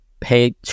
pay